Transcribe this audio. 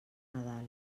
nadal